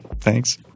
thanks